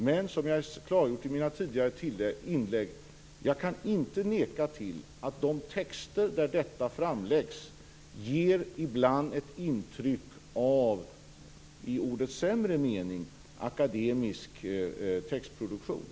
Men som jag har klargjort i mina tidigare inlägg kan jag inte neka till att de texter där detta framläggs ibland ger ett intryck av akademisk textproduktion i ordets sämre mening.